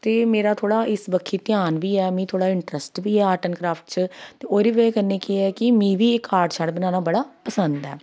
ते मेरा थोह्ड़ा इस बक्खी ध्यान बी ऐ मिगी थोह्ड़ा इंटरस्ट बी ऐ आर्ट एंड क्राफ्ट च ते ओह्दी बजह् कन्नै केह् ऐ कि मिगी बी एह् कार्ड शार्ड बनाना बड़ा पसंद ऐ